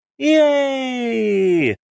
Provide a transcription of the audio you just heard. Yay